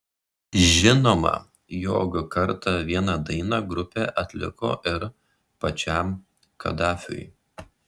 žinoma jog kartą vieną dainą grupė atliko ir pačiam kadafiui